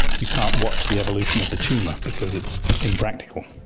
you can't watch the evolution of the tumour because it's impractical.